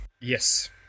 Yes